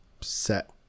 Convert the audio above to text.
set